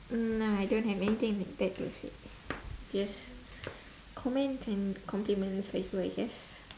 uh no I don't have anything like that to say just comment and compliments I feel I guess